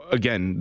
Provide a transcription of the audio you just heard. again